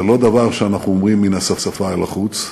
זה לא דבר שאנחנו אומרים מן השפה ולחוץ,